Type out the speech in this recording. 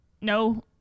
no